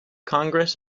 congress